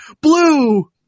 blue